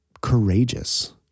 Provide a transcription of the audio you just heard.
courageous